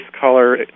color